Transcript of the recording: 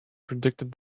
predicted